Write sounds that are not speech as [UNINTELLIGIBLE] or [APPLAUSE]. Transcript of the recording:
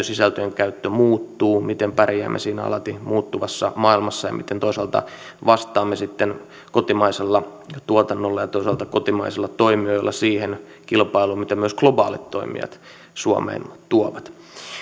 [UNINTELLIGIBLE] sisältöjen käyttö muuttuu miten pärjäämme siinä alati muuttuvassa maailmassa ja miten toisaalta vastaamme sitten kotimaisella tuotannolla ja toisaalta kotimaisilla toimijoilla siihen kilpailuun mitä myös globaalit toimijat suomeen tuovat